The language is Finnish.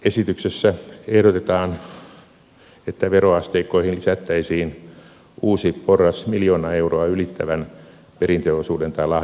esityksessä ehdotetaan että veroasteikkoihin lisättäisiin uusi porras miljoona euroa ylittävän perintöosuuden tai lahjan osalta